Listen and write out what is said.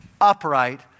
upright